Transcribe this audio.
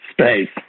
space